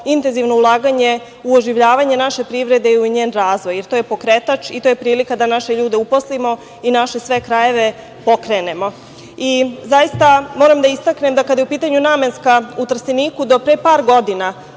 intenzivno ulaganje u oživljavanje naše privrede i u njen razvoj, jer to je pokretač i to je prilika da naše ljude uposlimo i naše sve krajeve pokrenemo. Zaista, moram da istaknem da kada je u pitanju "Namenska" u Trsteniku, do pre par godina